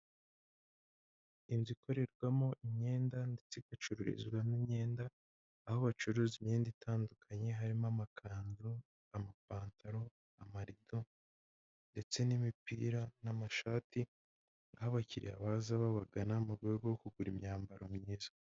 Inzu ikorerwamo imyenda ndetse igacururizwamo imyenda, aho bacuruza imyenda itandukanye harimo amakanzu, amapantaro, amarido, ndetse n'imipira n'amashati aho abakiriya baza babagana mu rwego rwo kugura imyambaro myiza.